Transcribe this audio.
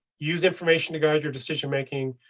use information to guide your decision making.